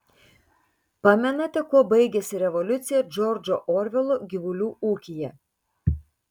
pamenate kuo baigėsi revoliucija džordžo orvelo gyvulių ūkyje